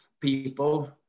people